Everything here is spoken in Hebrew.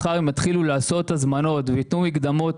מחר הם יתחיל ולעשות הזמנות וייתנו מקדמות